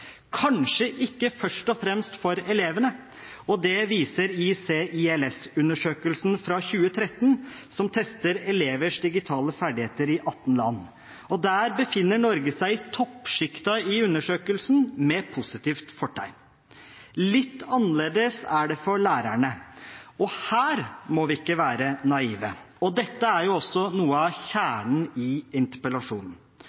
kanskje ikke først og fremst for elevene. Det viser ICILS-undersøkelsen fra 2013, som tester elevers digitale ferdigheter i 18 land. Der befinner Norge seg i toppsjiktet i undersøkelsen, med positivt fortegn. Litt annerledes er det for lærerne, og her må vi ikke være naive. Dette er jo også noe av kjernen i interpellasjonen.